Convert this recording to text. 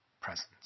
presence